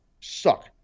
suck